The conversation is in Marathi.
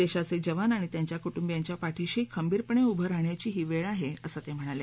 देशाचे जवान आणि त्यांच्या कुटुंबियांच्या पाठिशी खंबीरपणे उभं राहण्याची ही वेळ आहे असं ते म्हणाले